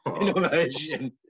innovation